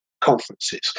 conferences